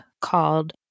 called